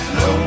no